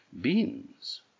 beans